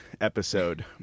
episode